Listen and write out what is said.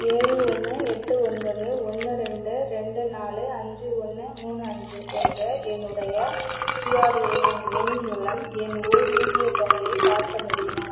ஏழு ஒன்று எட்டு ஒன்பது ஒன்று ரெண்டு ரெண்டு நாலு அஞ்சு ஒன்று மூணு அஞ்சு என்ற என்னுடைய பிஆர்ஏஎன் எண் மூலம் என் ஓய்வூதியத் தொகையை பார்க்க முடியுமா